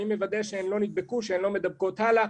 מי מוודא שהן לא נדבקו והן לא מדבקות האלה?